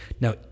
now